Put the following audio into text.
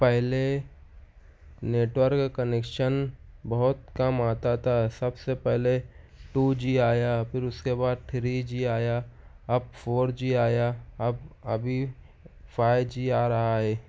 پہلے network connection بہت کم آتا تھا سب سے پہلے ٹو جی آیا پھر اس کے بعد تھری جی آیا اب فور جی آیا اب ابھی فائیو جی آ رہا ہے